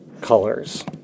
colors